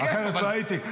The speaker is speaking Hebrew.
אחרת לא הייתי,